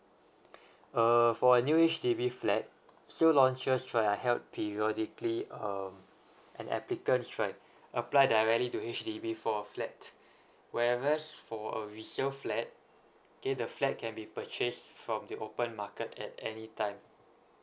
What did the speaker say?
uh for a new H_D_B flat so launchers right are held periodically um an applicant right apply directly to H_D_B for a flat whereas for a resale flat okay the flat can be purchased from the open market at any time